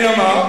אלא מה?